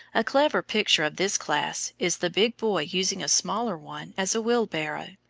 a clever picture of this class is the big boy using a smaller one as a wheelbarrow,